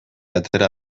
atera